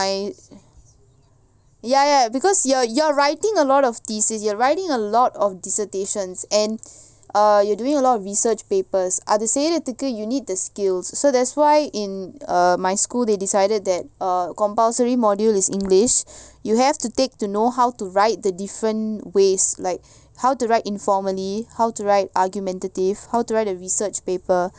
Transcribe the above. ya ya because you're you're writing a lot of thesis you are writing a lot of dissertations and err you are doing a lot of research papers அதுசெய்றதுக்கு:adhu seirathuku you need the skills so that's why in err my school they decided that a compulsory module is english you have to take to know how to write the different ways like how to write informally how to write argumentative how to write a research paper